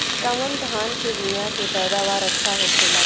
कवन धान के बीया के पैदावार अच्छा होखेला?